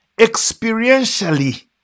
experientially